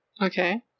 Okay